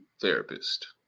Therapist